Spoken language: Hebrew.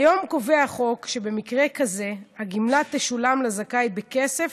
כיום קובע החוק שבמקרה כזה הגמלה תשולם לזכאי בכסף